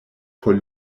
por